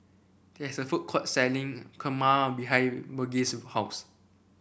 there is a food court selling Kurma behind Burgess' house